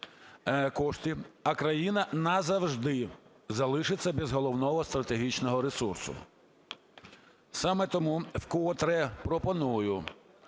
а країна назавжди залишиться без головного стратегічного ресурсу. Саме тому вкотре пропоную